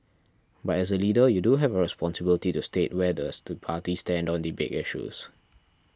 but as a leader you do have a responsibility to state where does the party stand on the big issues